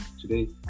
today